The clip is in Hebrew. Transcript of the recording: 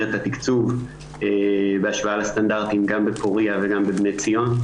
את התקצוב בהשוואה לסטנדרטים גם בפוריה וגם בבני ציון.